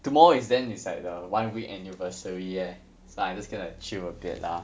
tomorrow is then it's like the one week anniversary eh so I'm just gonna chill a bit lah